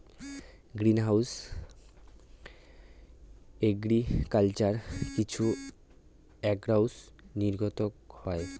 green house agriculture কিছু অক্সাইডসমূহ নির্গত হয়